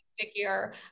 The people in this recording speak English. stickier